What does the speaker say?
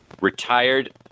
retired